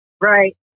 Right